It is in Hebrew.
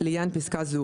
לעניין פסקה זו,